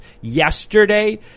yesterday